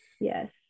Yes